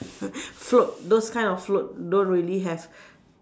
float those kind of float don't really have